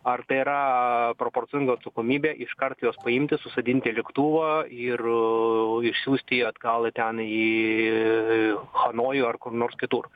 ar tai yra a proporcinga atsakomybė iškart juos paimti susodint į lėktuvą ir išsiųsti atgal ten į hanojų ar kur nors kitur